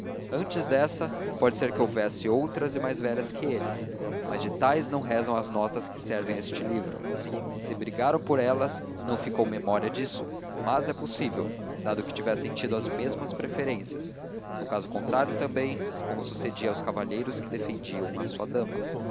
antes dessa pode ser que houvesse outras e mais velhas que eles mas de tais não rezam as notas que servem a este livro se brigaram por elas não ficou memória disso mas é possível dado que tivessem tido as mesmas preferências no caso contrário também como sucedia aos cavaleiros que defendiam a sua dama